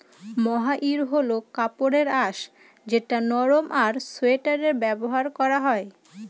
মহাইর হল কাপড়ের আঁশ যেটা নরম আর সোয়াটারে ব্যবহার করা হয়